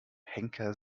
henker